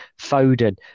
Foden